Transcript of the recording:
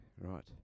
Right